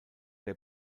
der